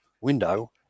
window